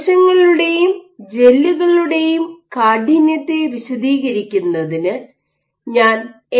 കോശങ്ങളുടെയും ജെല്ലുകളുടെയും കാഠിന്യത്തെ വിശദീകരിക്കുന്നതിന് ഞാൻ എ